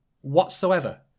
whatsoever